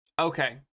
Okay